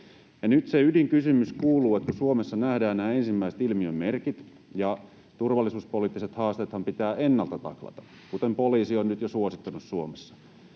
Nyt se ydinkysymys kuuluu, kun Suomessa nähdään nämä ensimmäiset ilmiön merkit ja turvallisuuspoliittiset haasteethan pitää ennalta taklata, kuten poliisi on nyt jo suosittanut Suomessa: